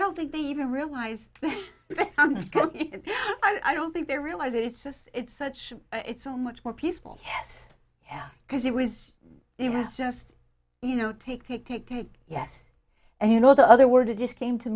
don't think even realize i don't think they realize it it's just it's such it's so much more peaceful yes yeah because it was it was just you know take take take take yes and you know the other word it just came to